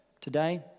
today